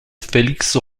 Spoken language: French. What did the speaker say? félix